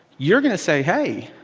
you're going to say hey,